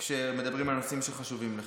כנראה זה מה שקורה כשמדברים על הנושאים שחשובים לך.